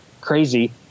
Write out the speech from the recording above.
crazy